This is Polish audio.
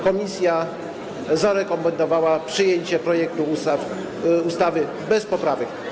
Komisja zarekomendowała przyjęcie projektu ustawy bez poprawek.